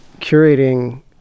curating